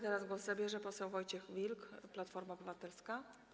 Teraz głos zabierze poseł Wojciech Wilk, Platforma Obywatelska.